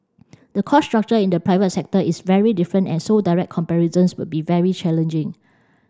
the cost structure in the private sector is very different and so direct comparisons would be very challenging